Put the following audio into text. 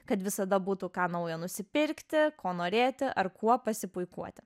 kad visada būtų ką naujo nusipirkti ko norėti ar kuo pasipuikuoti